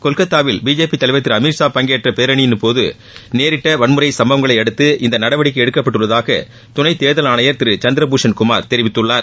கொல்கத்தாவில் பிஜேபி தலைவர் திரு அமித் ஷா பங்கேற்ற பேரணியின்போது நேரிட்ட வன்முறை சம்பவங்களை அடுத்து இந்த நடவடிக்கை எடுக்கப்பட்டுள்ளதாக துணை தேர்தல் ஆணையர் திரு சந்திர பூஷன் குமார் தெரிவித்துள்ளார்